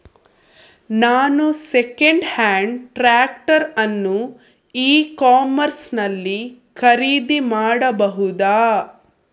ನಾನು second hand tractor ಅನ್ನು e commerce ನಲ್ಲಿ ಖರೀದಿ ಮಾಡಬಹುದಾ?